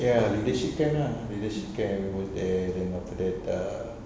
ya leadership camp lah leadership camp and then after that err